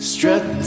Struck